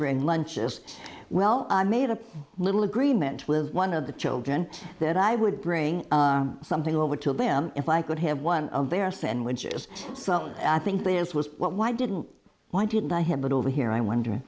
bring lunches well i made a little agreement with one of the children that i would bring something over to them if i could have one of their sandwiches so i think this was why didn't why didn't i have but over here i wonder